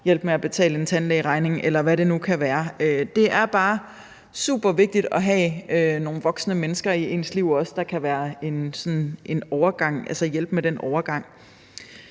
hjælpe med at betale en tandlægeregning, eller hvad det nu kan være. Det er bare super vigtigt også at have nogle voksne mennesker i ens liv, der kan hjælpe med den overgang.